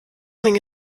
menge